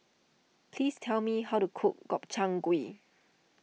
please tell me how to cook Gobchang Gui